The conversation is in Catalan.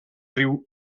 riu